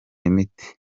imiti